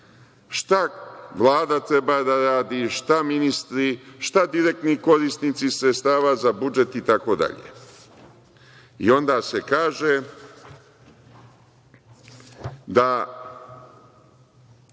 šta Vlada treba da radi, šta ministri, šta direktni korisnici sredstava za budžet itd. Onda se kaže da 1.